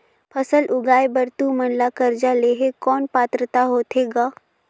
फसल उगाय बर तू मन ला कर्जा लेहे कौन पात्रता होथे ग?